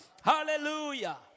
Hallelujah